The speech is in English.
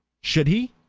should he?